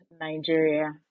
Nigeria